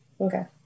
okay